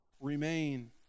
Remain